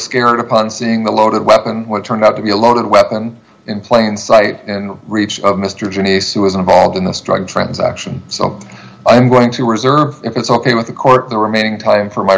scared upon seeing the loaded weapon what turned out to be a loaded weapon in plain sight in the reach of mr johnnie's who was involved in this drug transaction so i'm going to reserve if it's ok with the court the remaining time for my